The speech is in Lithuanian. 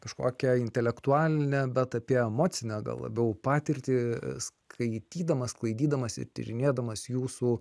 kažkokią intelektualinę bet apie emocinę gal labiau patirtį skaitydamas sklaidydamas ir tyrinėdamas jūsų